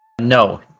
No